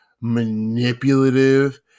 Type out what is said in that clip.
manipulative